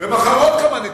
ומחר, עוד כמה נתונים.